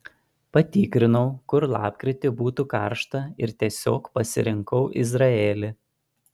patikrinau kur lapkritį būtų karšta ir tiesiog pasirinkau izraelį